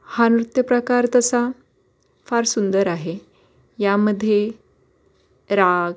हा नृत्य प्रकार तसा फार सुंदर आहे यामध्ये राग